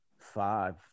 five